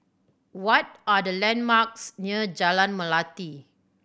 what are the landmarks near Jalan Melati